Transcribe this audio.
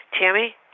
Tammy